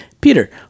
Peter